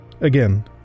Again